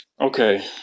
Okay